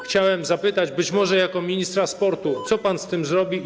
Chciałbym zapytać, być może jako ministra sportu, co pan z tym zrobi i.